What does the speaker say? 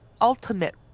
ultimate